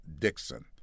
Dixon